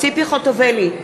ציפי חוטובלי,